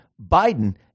Biden